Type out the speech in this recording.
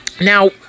Now